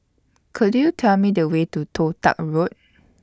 Could YOU Tell Me The Way to Toh Tuck Road